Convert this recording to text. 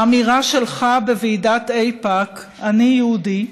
האמירה שלך בוועידת איפא"ק, "אני יהודי",